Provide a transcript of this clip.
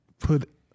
Put